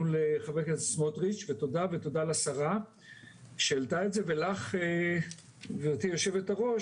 לחבר הכנסת סמוטריץ' ותודה לשרה שהעלתה את זה ולך גברתי יושבת הראש,